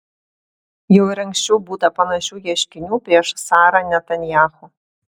jau ir anksčiau būta panašių ieškinių prieš sara netanyahu